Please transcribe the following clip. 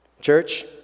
Church